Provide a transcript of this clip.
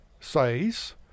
says